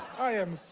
i am